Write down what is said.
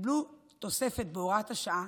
שקיבלו תוספת בהוראת השעה,